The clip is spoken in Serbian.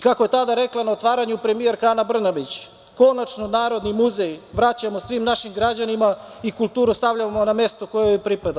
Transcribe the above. Kako je tada rekla na otvaranju premijerka Ana Brnabić, konačno Narodni muzej vraćamo svim našim građanima i kulturu stavljamo na mesto koje joj pripada.